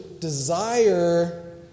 desire